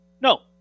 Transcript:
No